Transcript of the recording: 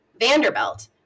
Vanderbilt